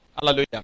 Hallelujah